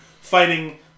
fighting